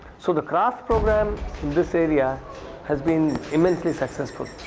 so, the craft program in this area has been immensely successful.